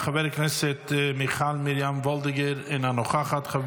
חברת הכנסת מיכל מרים וולדיגר אינה נוכחת.